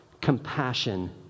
compassion